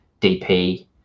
dp